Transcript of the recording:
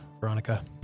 Veronica